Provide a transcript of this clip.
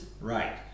Right